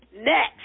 Next